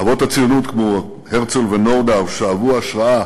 אבות הציונות, כמו הרצל ונורדאו, שאבו השראה